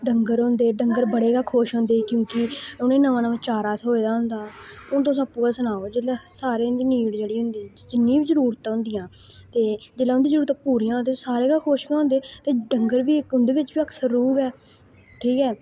डंगर होंदे डंगर बड़े गै खुश होंदे क्योंकि उनेंगी नमां नमां चारा थ्होए दा होंदा हून तुस आपूं गै सनाओ जेल्लै सारेंंदी नीड जेह्ड़ी होंदी जिन्नी बी जरूरतां होंदियां ते जेल्लै उंदी जरूरतां पूरियां ते सारे गै खुश गै होंदे ते डंगर बी उंदे बिच बी अक्सर रूह् ऐ ठीक ऐ